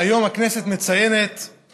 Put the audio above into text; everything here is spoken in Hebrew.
היום הכנסת מציינת את